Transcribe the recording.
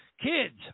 kids